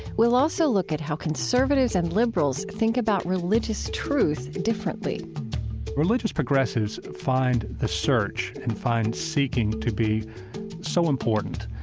we'll also look at how conservatives and liberals think about religious truth differently religious progressives find the search and find seeking to be so important.